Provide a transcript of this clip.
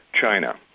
China